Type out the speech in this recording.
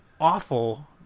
Awful